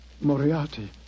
Moriarty